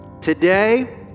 Today